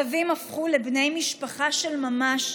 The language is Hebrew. כלבים הפכו לבני משפחה של ממש,